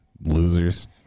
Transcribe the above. losers